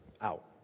Out